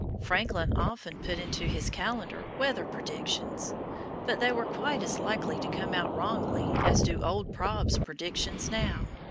franklin often put into his calendar weather predictions but they were quite as likely to come out wrongly as do old prob's predictions now.